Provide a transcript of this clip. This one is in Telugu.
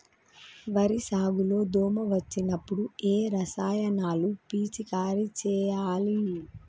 వరి సాగు లో దోమ వచ్చినప్పుడు ఏ రసాయనాలు పిచికారీ చేయాలి?